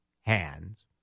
hands